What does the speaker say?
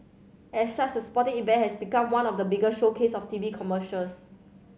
as such the sporting event has become one of the biggest showcases of T V commercials